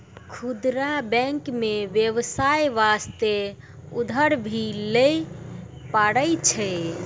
खुदरा बैंक मे बेबसाय बास्ते उधर भी लै पारै छै